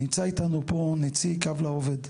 נמצא איתנו פה נציג קו לעובד.